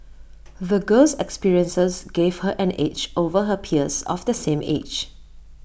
the girl's experiences gave her an edge over her peers of the same age